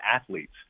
athletes